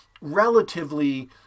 relatively